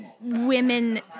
women